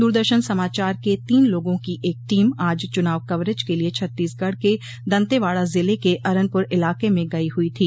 दूरदर्शन समाचार के तीन लोगों की एक टीम आज चुनाव कवरेज के लिए छत्तीसगढ़ के दंतेवाड़ा जिले के अरनपुर इलाके में गई हुई थी